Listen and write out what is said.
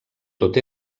tot